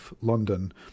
London